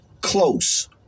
close